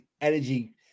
energy